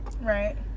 right